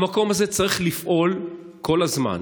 המקום הזה צריך לפעול כל הזמן.